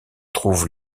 trouve